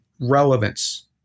relevance